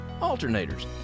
alternators